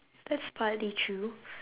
that's partly true